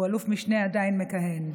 הוא אלוף משנה שעדיין מכהן.